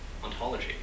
ontology